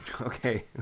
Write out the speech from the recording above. Okay